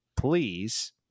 please